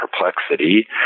perplexity